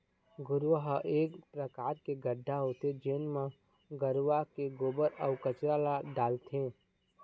घुरूवा ह एक परकार के गड्ढ़ा होथे जेन म गरूवा के गोबर, अउ कचरा ल डालथे